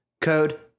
code